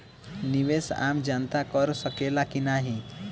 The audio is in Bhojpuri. निवेस आम जनता कर सकेला की नाहीं?